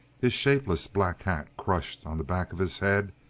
his shapeless black hat crushed on the back of his head,